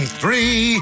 three